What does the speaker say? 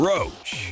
Roach